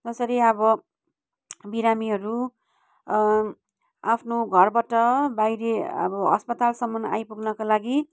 जसरी अब बिरामीहरू आफ्नो घरबाट बाहिरी अब अस्पतालसम्म आइपुग्नका लागि